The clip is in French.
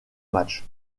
matchs